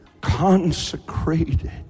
consecrated